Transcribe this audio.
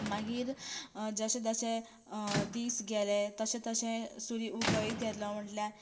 मागीर जशें जशें दीस गेलें तशें तशें सुर्य उगयत गेलो म्हटल्यार